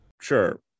Sure